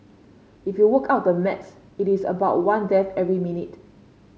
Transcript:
if you work out the maths it is about one death every minute